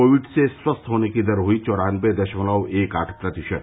Covid से स्वस्थ होने की दर हुई चौरान्नबे दशमलव एक आठ प्रतिशत